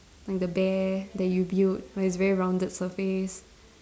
like the bear that you build but it's very rounded surface